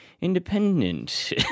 independent